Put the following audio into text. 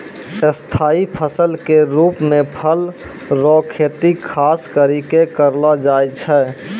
स्थाई फसल के रुप मे फल रो खेती खास करि कै करलो जाय छै